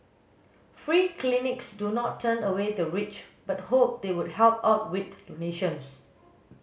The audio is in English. free clinics do not turn away the rich but hope they would help out with donations